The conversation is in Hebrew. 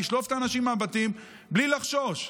לשלוף את האנשים מהבתים בלי לחשוש.